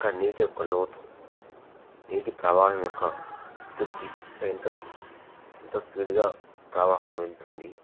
అక్కడ నీటి యొక్క లోతు నీటి ప్రవాహం యొక్క ఉధృతి అంటే ఎంత ఎంత స్పీడ్గా ప్రవాహం వెళ్తుంది